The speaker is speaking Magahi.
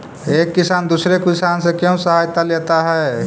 एक किसान दूसरे किसान से क्यों सहायता लेता है?